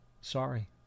Sorry